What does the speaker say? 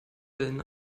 wellen